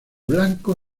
blanco